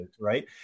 Right